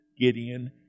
Gideon